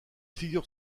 figure